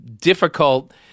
difficult